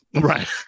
Right